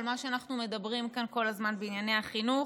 הנושא שאנחנו מדברים עליו כאן כל הזמן בענייני החינוך,